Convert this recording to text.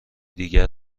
دیگر